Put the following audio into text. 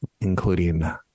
including